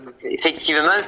effectivement